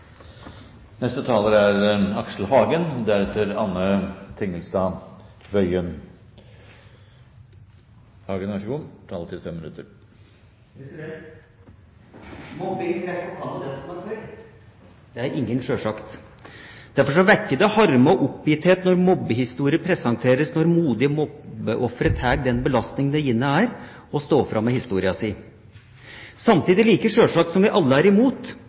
Det er ingen, sjølsagt. Derfor vekker det harme og oppgitthet når mobbehistorier presenteres, når modige mobbeofre tar den belastninga det gjerne er å stå fram med historien sin. Samtidig, like sjølsagt som at vi alle er imot,